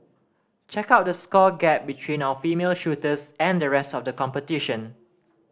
check out the score gap between our female shooters and the rest of the competition